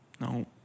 No